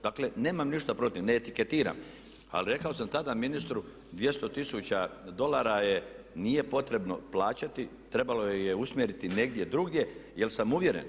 Dakle nemam ništa protiv, ne etiketiram ali rekao sam tada ministru 200 tisuća dolara je, nije potrebno plaćati, trebalo je usmjeriti negdje drugdje jer sam uvjeren.